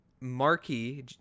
Markey